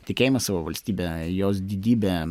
tikėjimas savo valstybe jos didybe